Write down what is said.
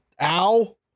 ow